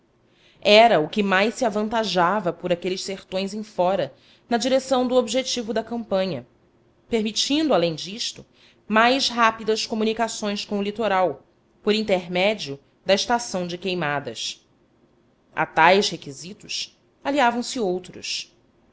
era o que mais se avantajava por aqueles sertões em fora na direção do objetivo da campanha permitindo além disto mais rápidas comunicações com o litoral por intermédio da estação de queimadas a tais requisitos aliavam se outros